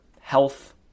health